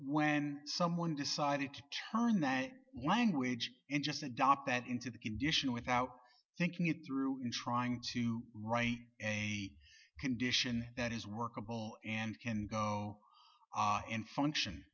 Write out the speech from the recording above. when someone decided to turn that language and just adopt that into the condition without thinking it through and trying to write a condition that is workable and can go in function